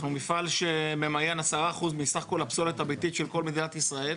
אנחנו מפעל שממיין עשרה אחוז מסך כל הפסולת הביתית של כל מדינת ישראל.